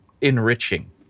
enriching